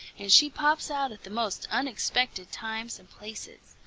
and she pops out at the most unexpected times and places.